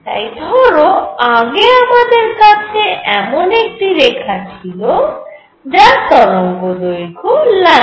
তাই ধরো আগে আমাদের কাছে এমন একটি রেখা ছিল তার সংশ্লিষ্ট তরঙ্গদৈর্ঘ্য λ